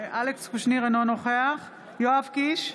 אינו נוכח יואב קיש,